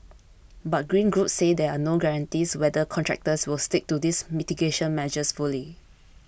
but green groups say there are no guarantees whether contractors will stick to these mitigation measures fully